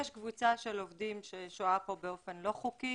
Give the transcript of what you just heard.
יש קבוצה של עובדים ששוהה פה באופן לא חוקי,